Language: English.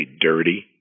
dirty